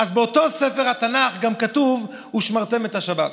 באותו ספר התנ"ך גם כתוב: ושמרתם את השבת.